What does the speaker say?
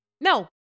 No